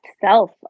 self